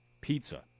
pizza